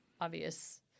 obvious